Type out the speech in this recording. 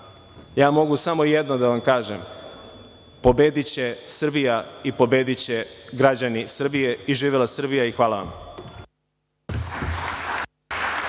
ja mogu samo jedno da vam kažem, pobediće Srbija i pobediće građani Srbije. Živela Srbija. Hvala vam.